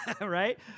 right